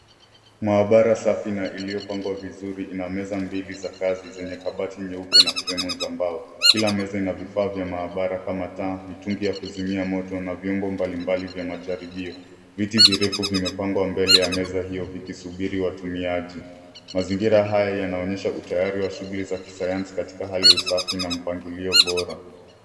Maabara safi na iliyopangwa vizuri inameza mbili za kazi zenye kabati nyeupe na fremu za mbao. Kila meza ina vifaa vya maabara kama taa, mitungi ya kuzimia moto na vyombo mbalimbali vya majaribio. Viti virefu vimepangwa mbele ya meza hiyo vijisubiri watumiaji. Mazingira haya yanaonyesha utayari washughuli za kisayansi katika hali ya usafi na mpangilio bora.